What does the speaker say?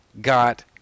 got